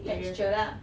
texture lah